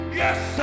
yes